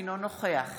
אינו נוכח